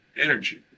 energy